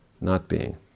not-being